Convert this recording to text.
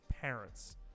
parents